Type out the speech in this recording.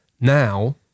Now